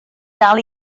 dal